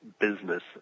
business